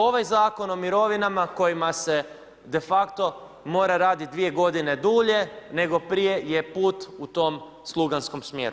Ovaj Zakon o mirovinama kojima se de facto mora raditi 2 godine dulje nego prije je put u tom sluganskom smjeru.